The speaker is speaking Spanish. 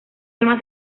alma